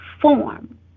form